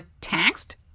taxed